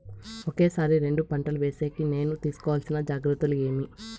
ఒకే సారి రెండు పంటలు వేసేకి నేను తీసుకోవాల్సిన జాగ్రత్తలు ఏమి?